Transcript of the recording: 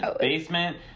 Basement